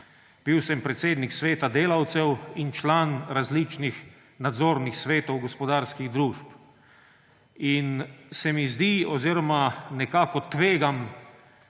Bil sem predsednik sveta delavcev in član različnih nadzornih svetov gospodarskih družb. In se mi zdi oziroma nekako tvegam